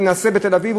להינשא בתל-אביב?